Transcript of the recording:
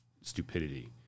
stupidity